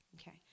Okay